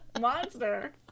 monster